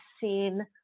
seen